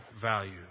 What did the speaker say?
value